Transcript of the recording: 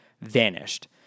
vanished